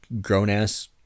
grown-ass